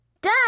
Dad